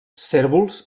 cérvols